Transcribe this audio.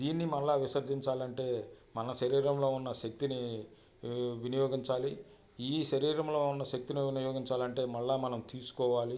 దీన్ని మళ్ళా విసర్జించాలంటే మన శరీరంలో ఉన్న శక్తిని వినియోగించాలి ఈ శరీరంలో ఉన్న శక్తిని వినియోగించాలంటే మళ్ళా మనం తీసుకోవాలి